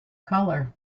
colour